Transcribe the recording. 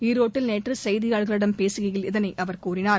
ஈரோட்டில் நேற்று செய்தியாளர்களிடம் பேசுகையில் இதனை அவர் தெரிவித்தார்